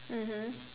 mmhmm